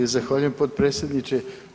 Zahvaljujem potpredsjedniče.